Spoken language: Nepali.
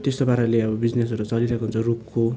त्यस्तो पाराले अब बिजनेसहरू चलिरहेको हुन्छ रुखको